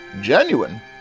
genuine